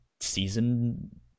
season